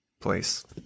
place